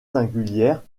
singulières